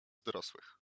dorosłych